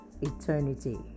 eternity